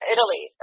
Italy